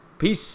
peace